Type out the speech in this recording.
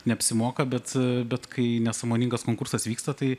neapsimoka bet bet kai nesąmoningas konkursas vyksta tai